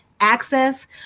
access